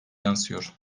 yansıyor